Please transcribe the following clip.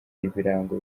ibirango